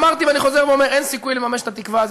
אמרתי ואני חוזר ואומר: אין סיכוי לממש את התקווה.